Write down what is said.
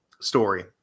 story